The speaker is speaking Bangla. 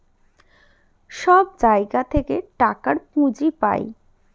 সব জায়গা থেকে টাকার পুঁজি পাই